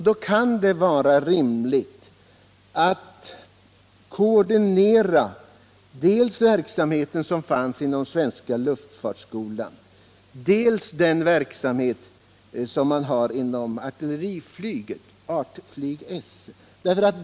Då kan det vara rimligt att koordinera den dels med den verksamhet som bedrivs inom svenska luftfartsskolan, dels med den verksamhet som sker inom artilleriflyget, Art Flyg S.